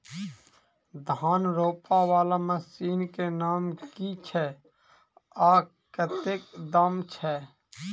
धान रोपा वला मशीन केँ नाम की छैय आ कतेक दाम छैय?